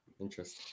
Interesting